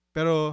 Pero